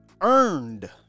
earned